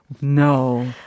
No